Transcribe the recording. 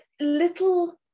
little